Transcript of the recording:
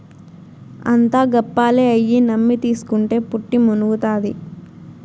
అంతా గప్పాలే, అయ్యి నమ్మి తీస్కుంటే పుట్టి మునుగుతాది